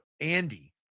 Andy